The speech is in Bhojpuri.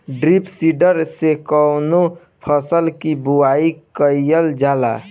ड्रम सीडर से कवने फसल कि बुआई कयील जाला?